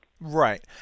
Right